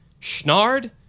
Schnard